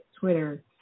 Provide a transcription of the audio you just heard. Twitter